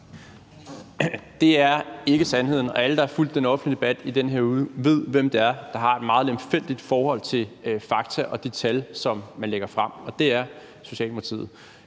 Det er ikke sandheden. Og alle, der har fulgt den offentlige debat i den her uge, ved, hvem det er, der har et meget lemfældigt forhold til fakta og de tal, som man lægger frem, og det er Socialdemokratiet.